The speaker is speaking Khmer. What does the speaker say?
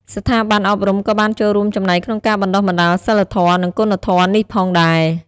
ស្ថាប័នអប់រំក៏បានចូលរួមចំណែកក្នុងការបណ្ដុះបណ្ដាលសីលធម៌ និងគុណធម៌នេះផងដែរ។